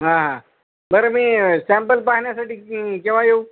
हां हां बरं मी सँपल पाहण्यासाठी केव्हा येऊ